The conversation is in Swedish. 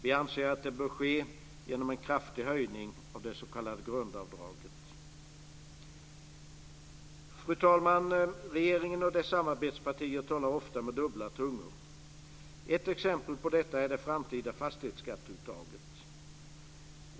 Vi anser att det bör ske genom en kraftig höjning av det s.k. grundavdraget. Fru talman! Regeringen och dess samarbetspartier talar ofta med dubbla tungor. Ett exempel på detta är det framtida fastighetsskatteuttaget.